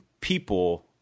people